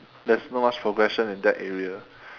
there's not much progression in that area